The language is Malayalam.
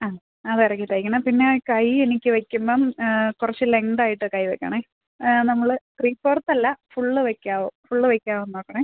ആ അത് ഇറക്കി തയ്ക്കണം പിന്നെ കയ്യ് എനിക്ക് വെക്കുമ്പം കുറച്ച് ലെങ്ത് ആയിട്ട് കൈ വെക്കണം നമ്മൾ ത്രീ ഫോര്ത്തല്ല ഫുള്ള് വെയ്ക്കാവോ ഫുള്ള് വെക്കാൻ നോക്കണെ